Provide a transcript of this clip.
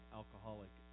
alcoholic